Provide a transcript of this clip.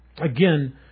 again